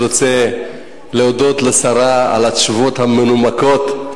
אני רוצה להודות לשרה על התשובות המנומקות.